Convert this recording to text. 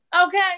Okay